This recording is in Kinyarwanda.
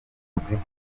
muzika